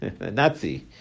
Nazi